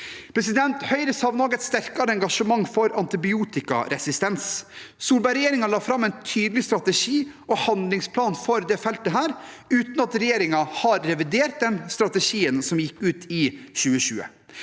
Høyre savner også et sterkere engasjement for antibiotikaresistens. Solberg-regjeringen la fram en tydelig strategi og handlingsplan for dette feltet, uten at regjeringen har revidert strategien som gikk ut i 2020.